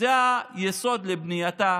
זה היסוד לבנייתה